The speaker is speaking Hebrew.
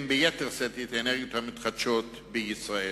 ביתר שאת את האנרגיות המתחדשות בישראל.